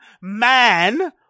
man